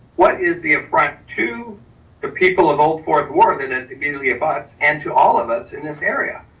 what is the upfront to the people of old fourth ward then and immediately abuts and to all of us in this area.